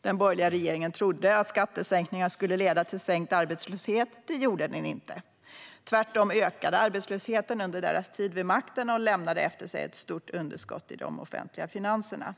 Den borgerliga regeringen trodde att skattesänkningar skulle leda till sänkt arbetslöshet; det gjorde de inte. Tvärtom ökade arbetslösheten under deras tid vid makten, och de lämnade efter sig ett stort underskott i de offentliga finanserna.